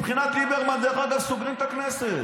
מבחינת ליברמן, דרך אגב, סוגרים את הכנסת.